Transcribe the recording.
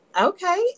Okay